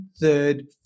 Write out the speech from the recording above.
third